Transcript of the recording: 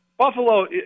Buffalo